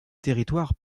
territoire